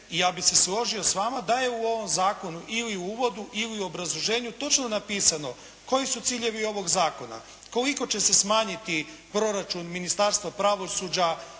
i ja bi se složio s vama da je u ovom zakonu ili u uvodu ili u obrazloženju točno napisano koji su ciljevi ovog zakona, koliko će se smanjiti proračun Ministarstva pravosuđa